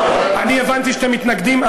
הבנתי שאתם מתנגדים.